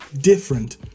different